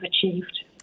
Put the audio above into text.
achieved